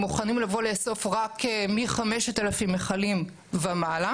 מוכנים לבוא לאסוף רק מ-5,000 מכלים ומעלה.